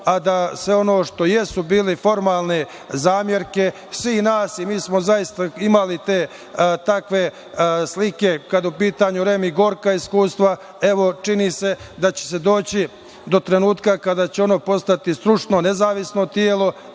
a da sve ono što jesu bile formalne zamerke svih nas, mi smo zaista imali te takve slike kada je u pitanju REM i gorka iskustva, evo, čini se da će se doći do trenutka kada će ono postati stručno, nezavisno telo